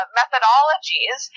methodologies